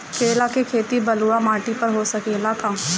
केला के खेती बलुआ माटी पर हो सकेला का?